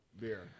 beer